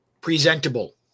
presentable